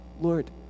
Lord